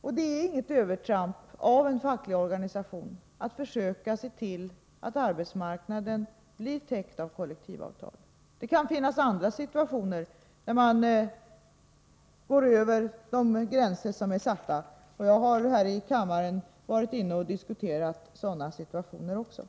Det innebär inte något övertramp om en facklig organisation försöker se till att arbetsmarknaden blir täckt av kollektivavtal. Det kan naturligtvis finnas situationer när man överskrider de gränser som är satta, och jag har diskuterat också sådana här i kammaren.